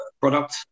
product